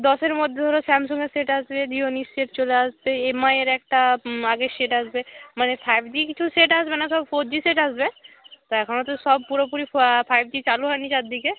দশের মধ্যে ধরো স্যামসাঙের সেট আসবে জিওনির সেট চলে আসবে এমআইয়ের একটা আগের সেট আসবে মানে ফাইভ জি কিছু সেট আসবে না সব ফোর জি সেট আসবে তা এখনও তো সব পুরোপুরি ফাইভ জি চালু হয়নি চার দিকে